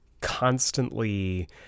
constantly